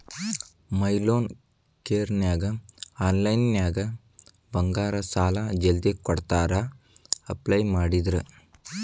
ಮೈ loan ಕೇರನ್ಯಾಗ ಆನ್ಲೈನ್ನ್ಯಾಗ ಬಂಗಾರ ಸಾಲಾ ಜಲ್ದಿ ಕೊಡ್ತಾರಾ ಅಪ್ಲೈ ಮಾಡಿದ್ರ